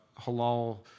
halal